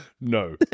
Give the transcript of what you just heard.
no